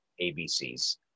ABCs